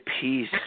peace